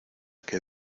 que